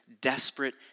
desperate